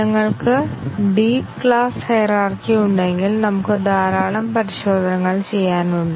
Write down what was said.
ഞങ്ങൾക്ക് deep class hierarchy ഉണ്ടെങ്കിൽ നമുക്ക് ധാരാളം പരിശോധനകൾ ചെയ്യാനുണ്ട്